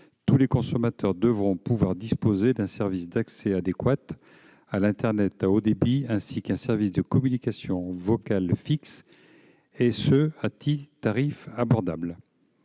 tous les consommateurs devront pouvoir disposer d'un accès adéquat à l'internet haut débit, ainsi que d'un système de communication vocale fixe, et ce à un tarif abordable.